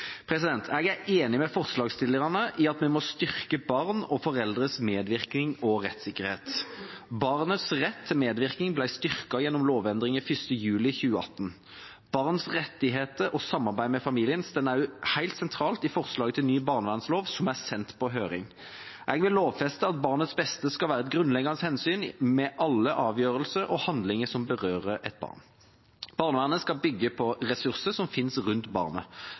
Jeg er enig med forslagsstillerne i at vi må styrke barns og foreldres medvirkning og rettssikkerhet. Barnets rett til medvirkning ble styrket gjennom lovendring av 1. juli 2018. Barns rettigheter og samarbeid med familien står også helt sentralt i forslaget til ny barnevernslov som er sendt på høring. Jeg vil lovfeste at barnets beste skal være et grunnleggende hensyn ved alle avgjørelser og handlinger som berører et barn. Barnevernet skal bygge på ressurser som finnes rundt barnet.